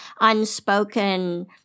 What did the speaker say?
unspoken